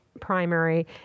primary